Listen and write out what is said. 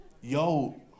yo